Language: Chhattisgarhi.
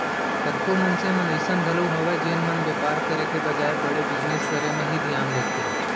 कतको मनसे मन अइसन घलौ हवय जेन मन बेपार करे के बजाय बड़े बिजनेस करे म ही धियान देथे